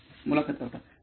मुलाखत कर्ता ठीक आहे